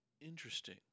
Interesting